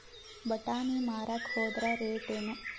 ಬಟಾನಿ ಮಾರಾಕ್ ಹೋದರ ರೇಟೇನು?